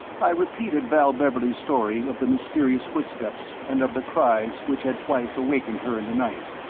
i repeated val beverley's story of the mysterious footsteps and of the cries which had twice awakened her in the night.